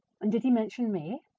and did he mention me?